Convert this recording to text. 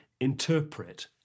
interpret